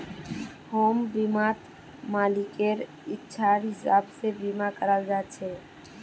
home बीमात मालिकेर इच्छार हिसाब से बीमा कराल जा छे